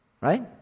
Right